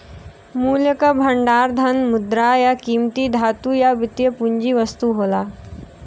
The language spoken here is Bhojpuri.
मूल्य क भंडार धन, मुद्रा, या कीमती धातु या वित्तीय पूंजी वस्तु होला